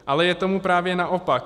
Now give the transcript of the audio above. Ale je tomu právě naopak.